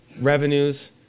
revenues